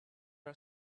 her